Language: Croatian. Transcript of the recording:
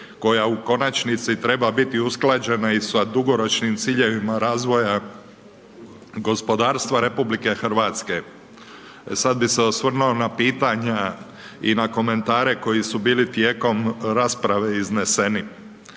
koja u konačnici treba biti usklađena i sa dugoročnim ciljevima razvoja gospodarstva Republike Hrvatske. E sad bi se osvrnuo na pitanja i na komentare koji su bili tijekom rasprave izneseni.